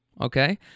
okay